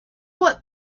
what